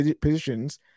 positions